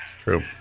True